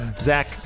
Zach